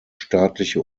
staatliche